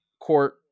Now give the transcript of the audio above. Court